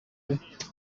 utwite